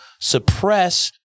suppress